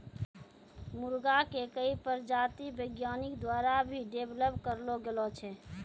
मुर्गा के कई प्रजाति वैज्ञानिक द्वारा भी डेवलप करलो गेलो छै